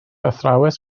athrawes